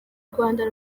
rwanda